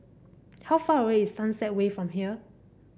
how far away is Sunset Way from here